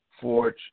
forge